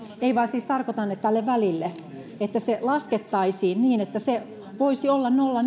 ei vaan siis tarkoitan että tälle välille että se laskettaisiin niin että se voisi olla nolla